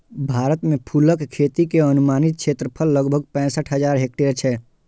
भारत मे फूलक खेती के अनुमानित क्षेत्रफल लगभग पैंसठ हजार हेक्टेयर छै